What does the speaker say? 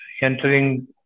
entering